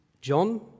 John